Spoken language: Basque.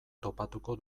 topatuko